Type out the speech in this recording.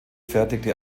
fertigte